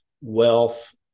wealth